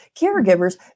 caregivers